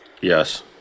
Yes